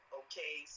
okay